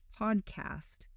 podcast